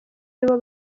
nibo